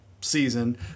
season